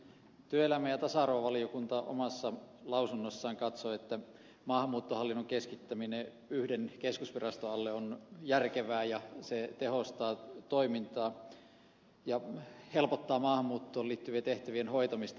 työelämä ja tasa arvovaliokunta omassa lausunnossaan katsoi että maahanmuuttohallinnon keskittäminen yhden keskusviraston alle on järkevää ja se tehostaa toimintaa ja helpottaa maahanmuuttoon liittyvien tehtävien hoitamista